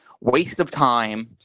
waste-of-time